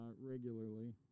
regularly